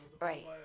Right